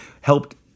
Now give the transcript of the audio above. helped